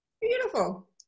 Beautiful